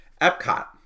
Epcot